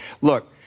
look